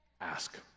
Ask